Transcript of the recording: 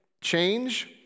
change